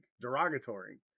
derogatory